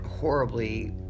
horribly